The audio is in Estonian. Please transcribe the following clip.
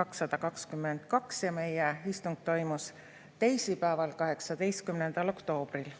222. Meie istung toimus teisipäeval, 18. oktoobril.